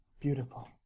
Beautiful